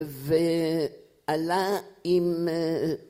‫ועלה עם...